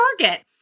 Target